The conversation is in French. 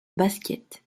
basket